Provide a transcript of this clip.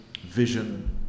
vision